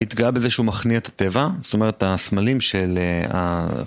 התגאה בזה שהוא מכניע את הטבע, זאת אומרת, את הסמלים של ה...